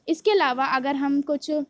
اس کے علاوہ اگر ہم کچھ